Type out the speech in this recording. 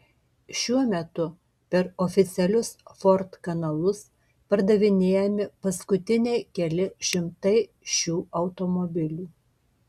šiuo metu per oficialius ford kanalus pardavinėjami paskutiniai keli šimtai šių automobilių